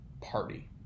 party